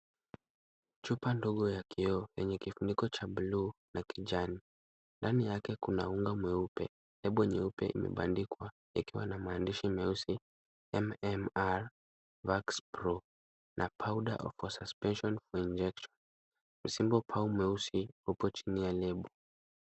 Chupa ndogo ya kioo yenye kifuniko cha buluu na kijani. Ndani yake kuna unga mweupe. Lebo nyeupe imebandikwa ikiwa na maandishi meusi M-M-RvaxPro na powder for suspensio for injection . Msimbopau mweusi upo chini ya lebo.